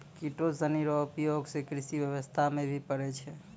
किटो सनी रो उपयोग से कृषि व्यबस्था मे भी पड़ै छै